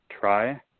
try